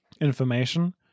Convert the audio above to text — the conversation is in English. information